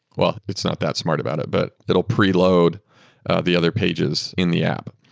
well, it's not that smart about it, but it'll preload the other pages in the app.